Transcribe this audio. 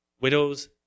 Widows